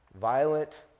Violent